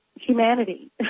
humanity